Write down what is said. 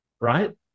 right